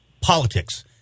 politics –